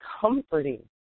comforting